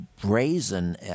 brazen